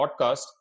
podcast